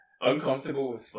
Uncomfortable